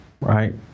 right